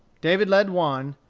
david led one,